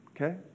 okay